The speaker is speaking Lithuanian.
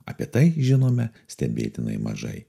apie tai žinome stebėtinai mažai